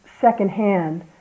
secondhand